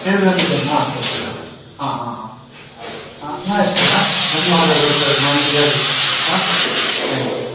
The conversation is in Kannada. ಎರಡು ಗಂಟೆ ಜರ್ನಿ ಹಾಂ ಹಾಂ ಹಾಂ ಹಾಂ ಆಯಿತು ಹಾಂ ಧನ್ಯವಾದಗಳು ಸಾರ್ ಮಾಹಿತಿಗಾಗಿ ಹಾಂ ತ್ಯಾಂಕ್ ಯು